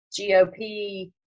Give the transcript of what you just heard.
GOP